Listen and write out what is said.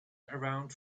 around